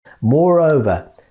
Moreover